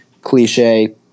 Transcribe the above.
cliche